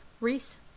Reese